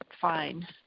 fine